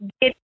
get